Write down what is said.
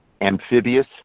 amphibious